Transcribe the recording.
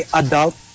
adult